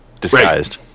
disguised